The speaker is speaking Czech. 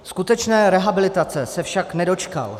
Skutečné rehabilitace se však nedočkal.